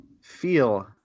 feel